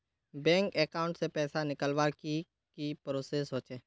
Bank account से पैसा निकालवर की की प्रोसेस होचे?